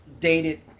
dated